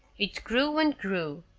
it grew and grew.